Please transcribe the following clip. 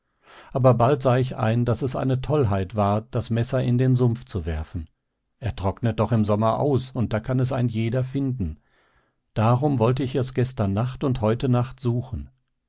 aber bald sah ich ein daß es eine tollheit war das messer in den sumpf zu werfen er trocknet doch im sommer aus und da kann es ein jeder finden darum wollte ich es gestern nacht und heute nacht suchen